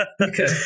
Okay